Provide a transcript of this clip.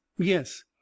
yes